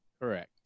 Correct